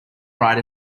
right